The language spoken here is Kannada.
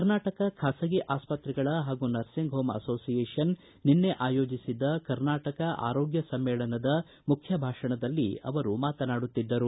ಕರ್ನಾಟಕ ಬಾಸಗಿ ಆಸ್ಪತ್ರೆಗಳ ಹಾಗೂ ನರ್ಸಿಂಗ್ ಹೋಮ್ ಅಸೋಸಿಯೇಷನ್ ನಿನ್ನೆ ಆಯೋಜಿಸಿದ್ದ ಕರ್ನಾಟಕ ಆರೋಗ್ಯ ಸಮ್ಮೇಳನದ ಮುಖ್ಯ ಭಾಷಣದಲ್ಲಿ ಅವರು ಮಾತನಾಡುತ್ತಿದ್ದರು